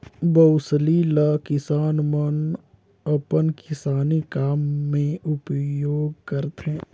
बउसली ल किसान मन अपन किसानी काम मे उपियोग करथे